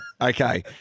Okay